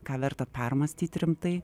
ką verta permąstyt rimtai